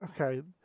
okay